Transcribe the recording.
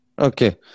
Okay